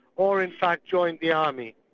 or in fact join the army.